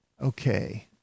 Okay